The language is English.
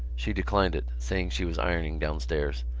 she declined it, saying she was ironing downstairs,